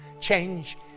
change